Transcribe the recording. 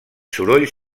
sorolls